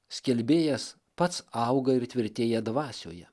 skelbėjas pats auga ir tvirtėja dvasioje